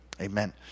Amen